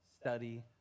study